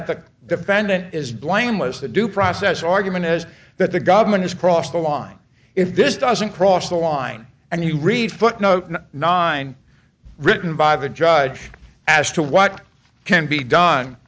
that the defendant is blameless the due process argument is that the government has crossed the line if this doesn't cross the line and you read footnote nine written by the judge as to what can be done